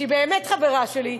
שהיא באמת חברה שלי,